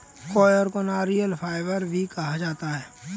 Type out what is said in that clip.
coir को नारियल fibre भी कहा जाता है